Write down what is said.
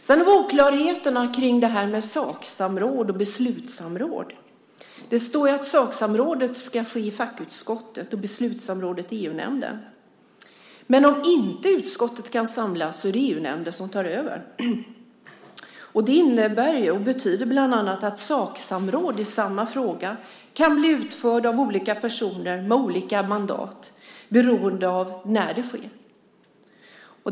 Det är oklarheter kring saksamråd och beslutssamråd. Det står att saksamrådet ska ske i fackutskottet och beslutssamrådet i EU-nämnden. Om inte utskottet kan samlas är det EU-nämnden som tar över. Det innebär bland annat att saksamråd i samma fråga kan bli utfört av olika personer med olika mandat beroende på när det sker.